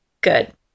Good